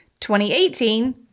2018